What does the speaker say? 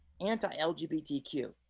anti-LGBTQ